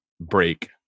break